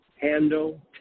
handle